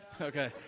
Okay